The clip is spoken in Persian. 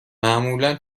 معمولا